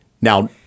Now